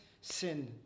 sin